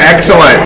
Excellent